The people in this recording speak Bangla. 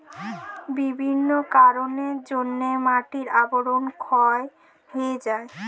বিভিন্ন কারণের জন্যে মাটির আবরণ ক্ষয় হয়ে যায়